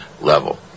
level